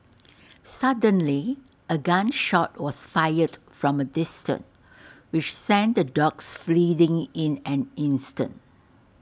suddenly A gun shot was fired from A distance which sent the dogs fleeing in an instant